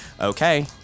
Okay